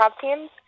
teams